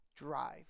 Drive